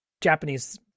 Japanese